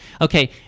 Okay